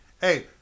Hey